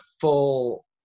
full